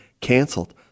canceled